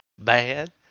bad